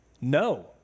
No